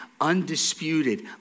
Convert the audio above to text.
undisputed